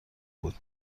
بود